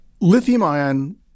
Lithium-ion